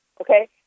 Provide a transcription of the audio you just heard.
Okay